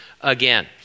again